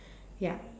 ya